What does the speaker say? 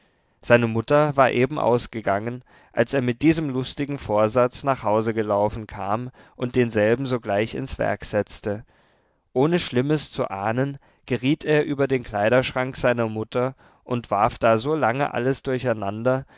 seine mutter war eben ausgegangen als er mit diesem lustigen vorsatz nach hause gelaufen kam und denselben sogleich ins werk setzte ohne schlimmes zu ahnen geriet er über den kleiderschrank seiner mutter und warf da so lange alles durcheinander